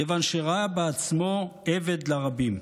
כיוון שראה בעצמו עבד לרבים.